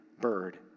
bird